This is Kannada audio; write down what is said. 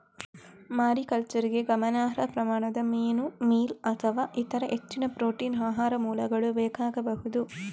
ಮಾರಿಕಲ್ಚರಿಗೆ ಗಮನಾರ್ಹ ಪ್ರಮಾಣದ ಮೀನು ಮೀಲ್ ಅಥವಾ ಇತರ ಹೆಚ್ಚಿನ ಪ್ರೋಟೀನ್ ಆಹಾರ ಮೂಲಗಳು ಬೇಕಾಗಬಹುದು